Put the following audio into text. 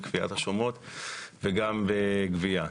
בקביעת השומות וגם בגבייה.